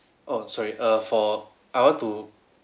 oh sorry err for I want to